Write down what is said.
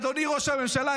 אדוני ראש הממשלה,